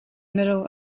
middle